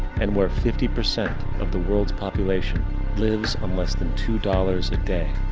and, where fifty percent of the world's population lives on less than two dollars a day.